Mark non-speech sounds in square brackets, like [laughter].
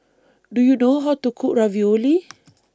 Do YOU know How to Cook Ravioli [noise]